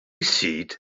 seat